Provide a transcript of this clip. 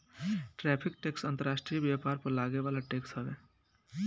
tariff tax अंतर्राष्ट्रीय व्यापार पर लागे वाला टैक्स हवे